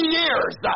years